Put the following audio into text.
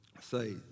say